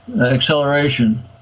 acceleration